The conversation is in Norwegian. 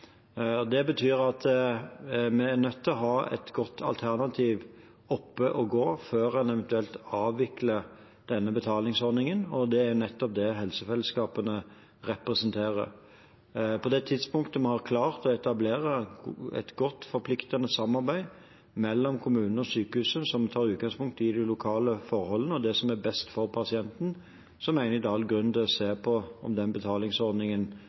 Det betyr at en er nødt til å ha et godt alternativ oppe og gå før en eventuelt avvikler denne betalingsordningen, og det er nettopp det helsefellesskapene representerer. På det tidspunktet vi har klart å etablere et godt, forpliktende samarbeid mellom kommunen og sykehuset, som tar utgangspunkt i de lokale forholdene og det som er best for pasienten, mener jeg det er all grunn til å se på om denne betalingsordningen